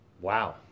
wow